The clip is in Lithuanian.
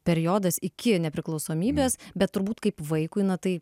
periodas iki nepriklausomybės bet turbūt kaip vaikui na tai